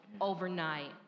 overnight